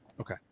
Okay